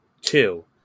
Two